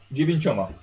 Dziewięcioma